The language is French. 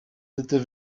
étaient